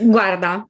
Guarda